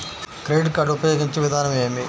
Credit card ఉపయోగించే విధానం ఏమి?